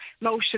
motion